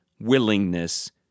willingness